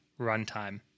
runtime